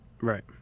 right